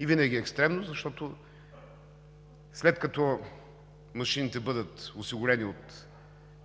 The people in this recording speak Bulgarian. и винаги е екстремно, защото след като машините бъдат осигурени от